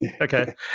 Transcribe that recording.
Okay